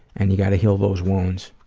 and you gotta heal those wounds.